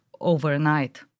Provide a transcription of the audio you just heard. overnight